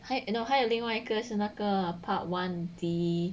还还有另外一个是那个 part one D